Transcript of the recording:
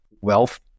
wealth